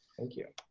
thank you.